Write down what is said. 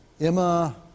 Emma